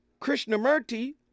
Krishnamurti